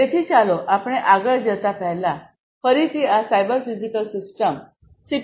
તેથી ચાલો આપણે આગળ જતાં પહેલાં ફરીથી આ સાયબર ફિઝિકલ સિસ્ટમ સી